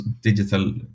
digital